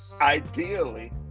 Ideally